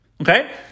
Okay